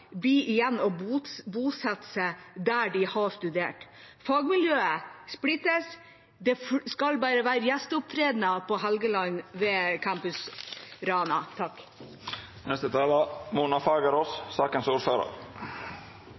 seg der de har studert. Fagmiljøet splittes, det skal bare være gjesteopptredener ved Campus Helgeland i Rana.